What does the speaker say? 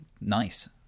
Nice